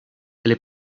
est